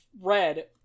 red